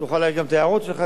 תוכל להגיש גם את ההערות שלך,